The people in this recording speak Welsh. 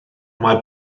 mae